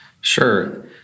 Sure